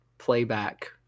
playback